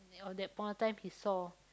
on that point of time he saw